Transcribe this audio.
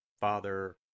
Father